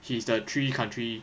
he is the three country